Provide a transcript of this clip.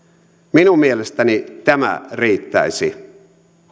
minun mielestäni tämä riittäisi